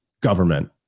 government